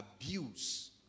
abuse